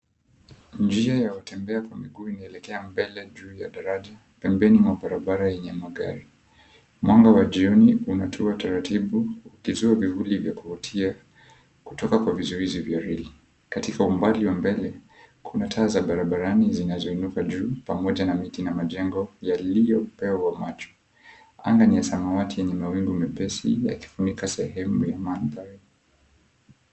Njia ya watembea kwa miguu inaelekea mbele juu ya daraja pembeni mwa barabara yenye magari. Mwanga ya jioni unatua taratibu ukizua vivuli vya kuvutia kutoka kwa vizuizi vya reli. Katika umbali wa mbele, kuna taa za barabarani zinazoinuka juu, pamoja na miti na majengo yaliyo upeo wa macho. Anga ni ya samawati yenye mawingu mepesi yakifunika sehemu ya mandhari.